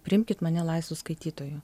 priimkit mane laisvu skaitytoju